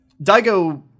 daigo